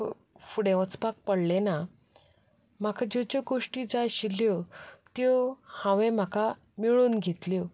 फुडें वचपाक पडलें ना म्हाका ज्यो ज्यो गोश्टी जाय आशिल्यो त्यो हांवें म्हाका मेळोवन घेतल्यो